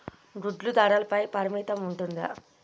గుడ్లు ధరల పై పరిమితి ఉంటుందా?